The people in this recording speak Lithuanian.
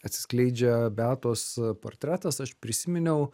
atsiskleidžia beatos portretas aš prisiminiau